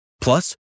Plus